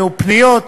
יהיו פניות,